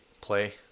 play